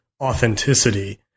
authenticity